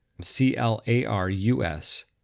C-L-A-R-U-S